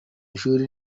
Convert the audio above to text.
ishuri